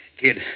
Kid